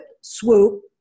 swoop